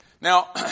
Now